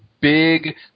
big